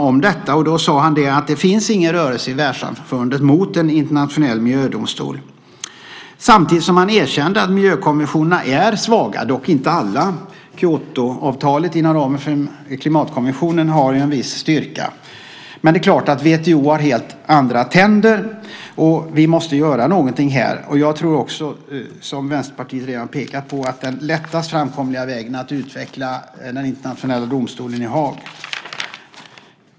Han sade att det inte finns någon rörelse i världssamfundet för en internationell miljödomstol, samtidigt som han erkände att miljökonventionerna är svaga, dock inte alla. Kyotoavtalet inom ramen för klimatkonventionen har en viss styrka. Men det är klart att WTO har helt andra tänder, och vi måste göra något här. Som Vänsterpartiet redan har pekat på är den lättaste framkomliga vägen att utveckla Internationella domstolen i Haag.